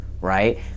right